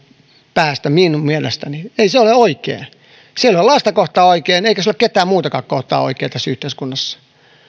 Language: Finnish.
päästä minun mielestäni ei se ole oikein se ei ole lasta kohtaan oikein eikä se ole ketään muutakaan kohtaan oikein tässä yhteiskunnassa